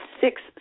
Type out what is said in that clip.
six